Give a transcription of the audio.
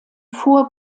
vor